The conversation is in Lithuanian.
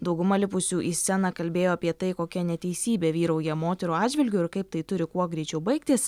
dauguma lipusių į sceną kalbėjo apie tai kokia neteisybė vyrauja moterų atžvilgiu ir kaip tai turi kuo greičiau baigtis